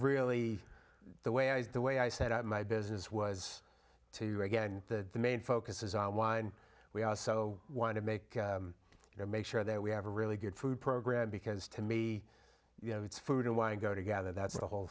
really the way i was the way i set up my business was to again the main focus is on wine we also want to make you know make sure that we have a really good food program because to me you know it's food and wine go together that's the whole